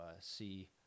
see –